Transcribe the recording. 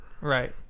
Right